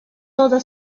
toda